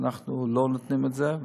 ואנחנו לא נותנים את זה,